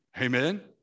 Amen